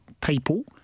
people